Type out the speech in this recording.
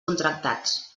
contractats